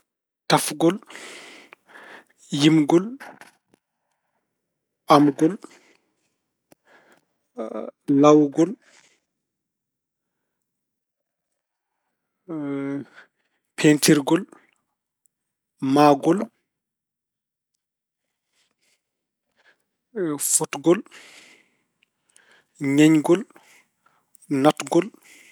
Tafgol, yimgol, amgol, lawgol, peentirgol, mahgol, fotgol, ñeñgol, natgol.